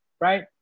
right